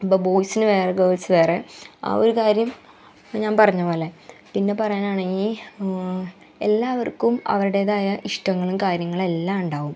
ഇപ്പം ബോയ്സിന് വേറെ ഗേൾസ് വേറെ ആ ഒരു കാര്യം ഞാൻ പറഞ്ഞത് പോലെ പിന്നെ പറയാനാണെങ്കിൽ എല്ലാവർക്കും അവരുടേതായ ഇഷ്ടങ്ങളും കാര്യങ്ങളും എല്ലാം ഉണ്ടാവും